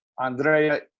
Andrea